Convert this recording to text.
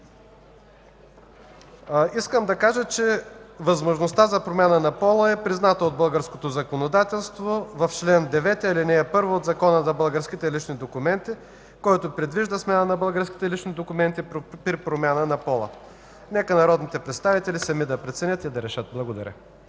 Искам да кажа, че възможността за промяна на пола е призната от българското законодателство в чл. 9, ал. 1 от Закона за българските лични документи, който предвижда смяна на българските лични документи при промяна на пола. Нека народните представители сами да преценят и да решат. Благодаря.